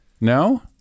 No